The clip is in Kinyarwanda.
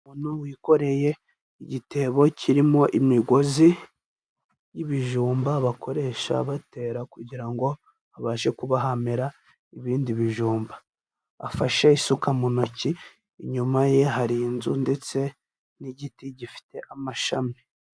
Umuntu wikoreye igitebo kirimo imigozi y'ibijumba bakoresha batera kugira ngo habashe kuba hamera ibindi bijumba, afashe isuka mu ntoki, inyuma ye hari inzu ndetse n'igiti gifite amashami.